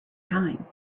time